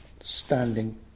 standing